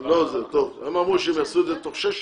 הם אמרו שהם יעשו את זה תוך שש שנים,